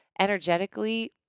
Energetically